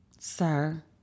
Sir